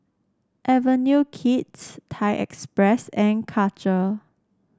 Avenue Kids Thai Express and Karcher